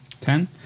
Ten